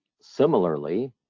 Similarly